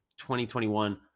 2021